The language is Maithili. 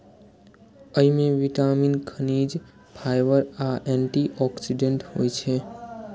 अय मे विटामिन, खनिज, फाइबर आ एंटी ऑक्सीडेंट होइ छै